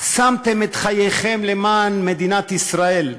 שמתם את חייכם למען מדינת ישראל,